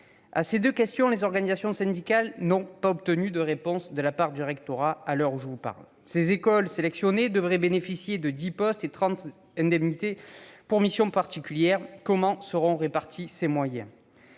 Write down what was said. À ces deux questions, les organisations syndicales n'ont pas obtenu de réponse de la part du rectorat, à l'heure où je vous parle. Ces écoles sélectionnées devraient bénéficier de dix postes et de trente indemnités pour missions particulières. Comment seront répartis ces moyens ?